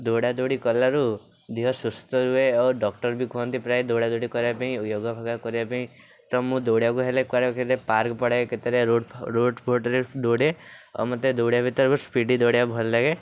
ଦୌଡ଼ା ଦୌଡ଼ି କଲାରୁ ଦେହ ସୁସ୍ଥ ରୁହେ ଓ ଡକ୍ଟର୍ ବି କୁହନ୍ତି ପ୍ରାୟ ଦୌଡ଼ା ଦୌଡ଼ି କରିବା ପାଇଁ ୟୋଗା ଫୋଗା କରିବା ପାଇଁ ତ ମୁଁ ଦୌଡ଼ିବାକୁ ହେଲେ କୁଆଡ଼େ ହେଲେ ପାର୍କ୍ ପଳାଏ କେତେବେଳେ ରୋଡ଼୍ ଫ ରୋଡ଼୍ ଫଡ଼୍ ରେ ଦଉଡ଼େ ଆଉ ମୋତେ ଦୌଡ଼ିବା ଭିତରେ ବହୁତ ସ୍ପୀଡ଼ି ଦୌଡ଼ିବାକୁ ଭଲ ଲାଗେ